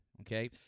okay